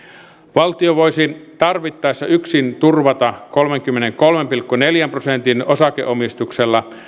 valtio voisi tarvittaessa yksin turvata kolmenkymmenenkolmen pilkku neljän prosentin osakeomistuksella